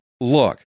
Look